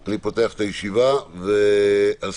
אני פותח את ישיבת ועדת החוקה, חוק ומשפט.